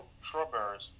strawberries